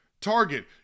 Target